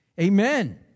Amen